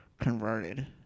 Converted